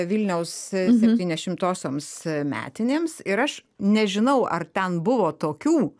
vilniaus septyni šimtosioms metinėms ir aš nežinau ar ten buvo tokių